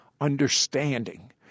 understanding